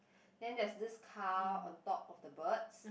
then there's this car on top of the birds